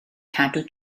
cadw